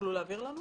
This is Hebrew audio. תוכלו להעביר לנו?